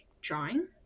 drawing